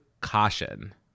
caution